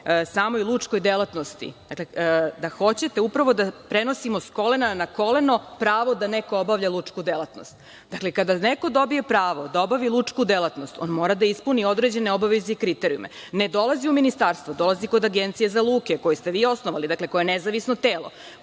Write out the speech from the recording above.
samoj lučkoj delatnosti, da hoćete upravo da prenosimo sa kolena na koleno pravo da neko obavlja lučku delatnost. Dakle, kada neko dobije pravo da obavi lučku delatnost, on mora da ispuni određene obaveze i kriterijume. Ne dolazi u ministarstvo, dolazi u Agenciju za luke, koju ste vi osnovali, nezavisno telo,